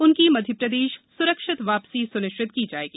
उनकी मध्यप्रदेश स्रक्षित वापसी स्निश्चित की जाएगी